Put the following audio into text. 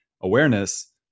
awareness